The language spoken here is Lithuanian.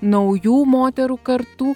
naujų moterų kartų